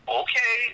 okay